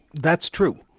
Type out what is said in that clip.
that's true.